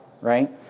right